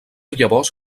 llavors